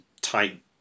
tight